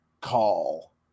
call